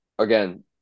Again